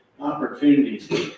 opportunities